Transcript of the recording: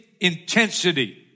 intensity